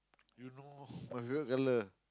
yow know must red colour